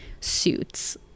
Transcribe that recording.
suits